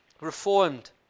reformed